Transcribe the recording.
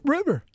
River